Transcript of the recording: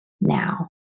now